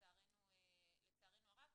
לצערנו הרב.